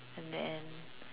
and then